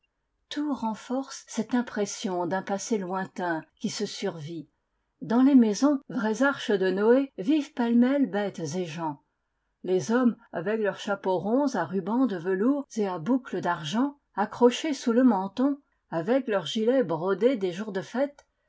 tout renforce cette impression d'un passé lointain qui se survit dans les maisons vraies arches de noé vivent pêle-mêle bêtes et gens les hommes avec leurs chapeaux ronds à rubans de velours et à boucles d'argent accrochés sous le menton avec leurs gilets brodés des jours de fête